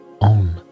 on